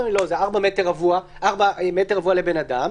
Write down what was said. זה 4 מטר רבוע לבן אדם,